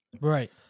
right